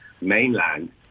mainland